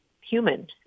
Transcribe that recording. human